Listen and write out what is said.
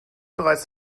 bereits